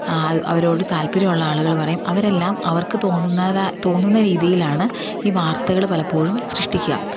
അവരോട് താല്പര്യമുള്ള ആളുകൾ പറയും അവരെല്ലാം അവർക്ക് തോന്നുന്നത് തോന്നുന്ന രീതിയിലാണ് ഈ വാർത്തകൾ പലപ്പോഴും സൃഷ്ടിക്കുക